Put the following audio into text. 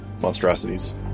monstrosities